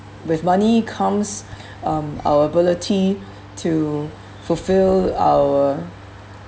with money comes um our ability to fulfil our